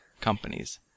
companies